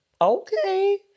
okay